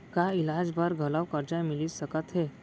का इलाज बर घलव करजा मिलिस सकत हे?